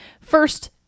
first